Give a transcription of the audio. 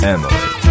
Emily